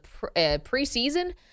preseason